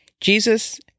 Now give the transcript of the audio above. Jesus